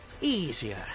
easier